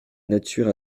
nature